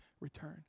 return